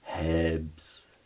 herbs